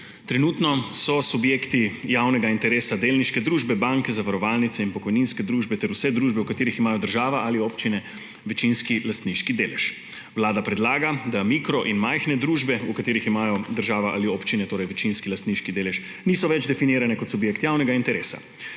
Trenutno so subjekti javnega interesa delniške družbe, banke, zavarovalnice in pokojninske družbe ter vse družbe, v katerih imajo država ali občine večinski lastniški delež. Vlada predlaga, da mikro- in majhne družbe, v katerih imajo država ali občine torej večinski lastniški delež, niso več definirane kot subjekt javnega interesa.